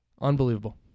Unbelievable